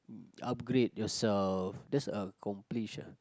upgrade yourself that's accomplish